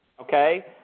Okay